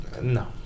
No